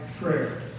prayer